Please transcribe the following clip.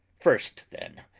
first then,